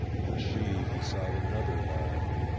and she beside another lad.